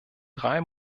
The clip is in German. drei